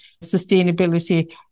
sustainability